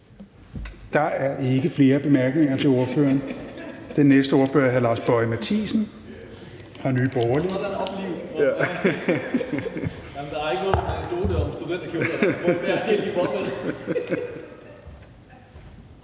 Der er ikke flere bemærkninger til ordføreren. Den næste ordfører er hr. Lars Boje Mathiesen fra Nye Borgerlige.